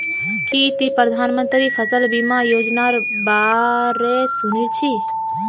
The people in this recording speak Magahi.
की ती प्रधानमंत्री फसल बीमा योजनार बा र सुनील छि